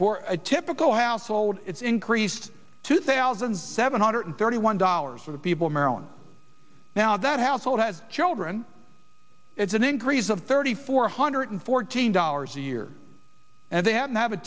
for a typical household it's increased two thousand seven hundred thirty one dollars for the people of maryland now that household has children it's an increase of thirty four hundred fourteen dollars a year and then have a